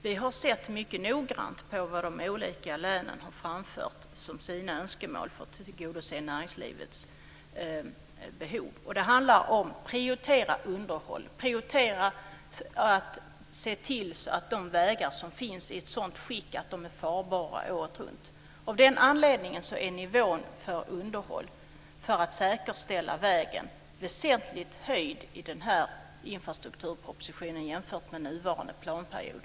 Vi har tittat mycket noggrant på vad de olika länen har framfört som sina önskemål för att tillgodose näringslivets behov. Det handlar om att prioritera underhåll. Det gäller att se till så att de vägar som finns är i ett sådant skick att de är farbara året runt. Av den anledningen är nivån för underhåll som säkerställer vägarna väsentligt höjd i den här infrastrukturpropositionen jämfört med nuvarande planperiod.